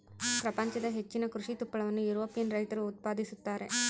ಪ್ರಪಂಚದ ಹೆಚ್ಚಿನ ಕೃಷಿ ತುಪ್ಪಳವನ್ನು ಯುರೋಪಿಯನ್ ರೈತರು ಉತ್ಪಾದಿಸುತ್ತಾರೆ